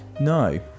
No